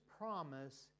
promise